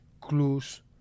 clues